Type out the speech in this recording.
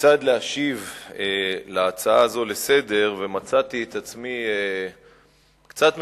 כיצד להשיב על ההצעה הזאת לסדר-היום ומצאתי את עצמי קצת מבולבל.